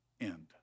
end